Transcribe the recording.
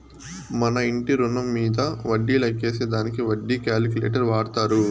మన ఇంటి రుణం మీంద వడ్డీ లెక్కేసే దానికి వడ్డీ క్యాలిక్యులేటర్ వాడతారు